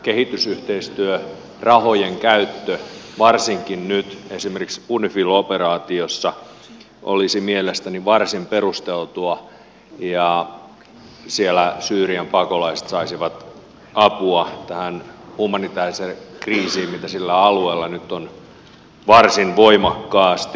se kehitysyhteistyörahojen käyttö varsinkin nyt esimerkiksi unifil operaatiossa olisi mielestäni varsin perusteltua ja siellä syyrian pakolaiset saisivat apua tähän humanitääriseen kriisiin mikä sillä alueella nyt on varsin voimakkaasti